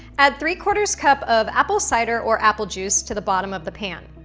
add three quarters cup of apple cider or apple juice to the bottom of the pan.